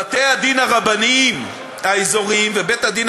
בתי-הדין הרבניים האזוריים ובית-הדין